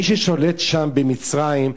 מי ששולט שם, במצרים,